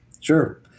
Sure